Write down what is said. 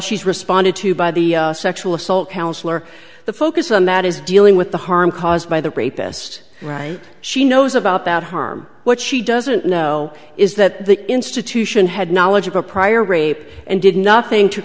she's responded to by the sexual assault counselor the focus on that is dealing with the harm caused by the rapist right she knows about that harm what she doesn't know is that the institution had knowledge of a prior rape and did nothing to